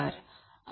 नमस्कार